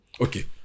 Okay